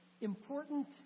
important